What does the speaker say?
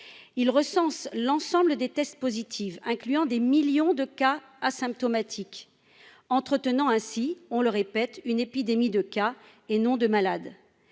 recense l'ensemble des tests positifs, incluant des millions de cas asymptomatiques, ce qui entretient une épidémie de cas, et non de malades.